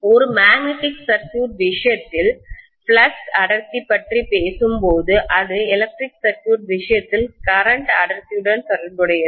ஒரு magnetic circuit விஷயத்தில் flux அடர்த்தி பற்றி பேசும்போது அது எலக்ட்ரிக் சர்க்யூட் விஷயத்தில் கரண்ட் அடர்த்தியுடன் தொடர்புடையது